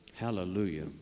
Hallelujah